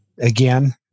again